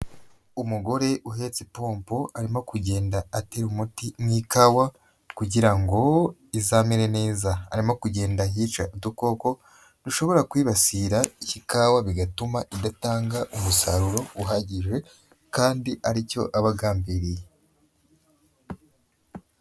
Umugore uhetse ipopo arimo kugenda aterara umuti mu ikawa kugira ngo izamere neza, arimo kugenda yica udukoko dushobora kwibasira ikawa, bigatuma idatanga umusaruro uhagije kandi aricyo aba agambiriye.